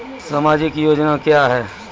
समाजिक योजना क्या हैं?